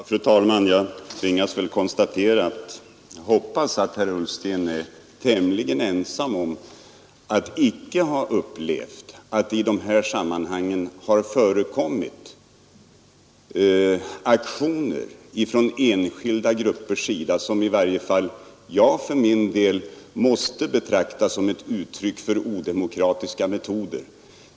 Fru talman! Jag tvingas uttrycka den förhoppningen att herr Ullsten är tämligen ensam om att icke ha upplevat att i dessa sammanhang har förekommit aktioner från enskilda gruppers sida som i varje fall jag för min del måste betrakta som uttryck för odemokratiska metoder.